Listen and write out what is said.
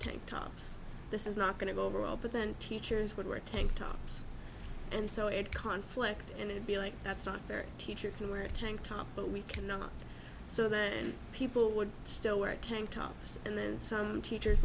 tank tops this is not going to go over well but then teachers would wear a tank top and so it conflict and be like that's not their teacher or a tank top but we cannot so the and people would still wear tank top and then some teachers